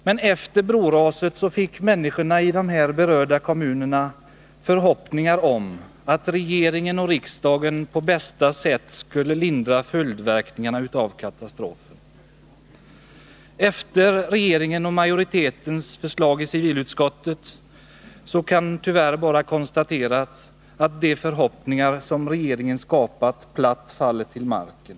Men efter broraset fick människorna i de berörda kommunerna förhoppningar om att regeringen och riksdagen på bästa sätt skulle lindra följdverkningarna av katastrofen. Sedan man sett regeringens och civilutskottets majoritetsförslag kan man bara konstatera att de förhoppningar som regeringen skapat platt faller till marken.